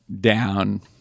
down